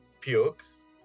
pukes